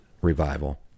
revival